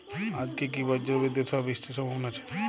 আজকে কি ব্রর্জবিদুৎ সহ বৃষ্টির সম্ভাবনা আছে?